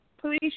Please